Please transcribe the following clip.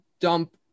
dump